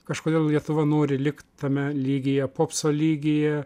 kažkodėl lietuva nori likt tame lygyje popso lygyje